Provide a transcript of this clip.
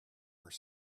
were